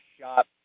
shot